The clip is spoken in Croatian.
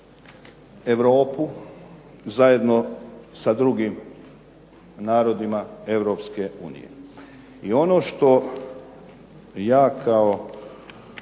Europu zajedno sa drugim narodima EU. I ono što ja kao